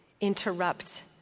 interrupt